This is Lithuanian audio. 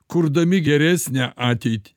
kurdami geresnę ateitį